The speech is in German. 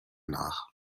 nach